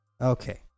Okay